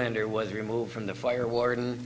lander was removed from the fire warden